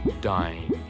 dying